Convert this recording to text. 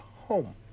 home